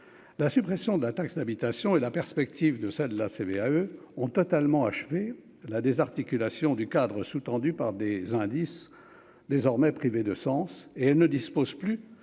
la suppression de la taxe d'habitation et la perspective de sa de la CVAE ont totalement achevé la désarticulation du Cadre sous-tendu par des indices, désormais privé de sens et elle ne dispose plus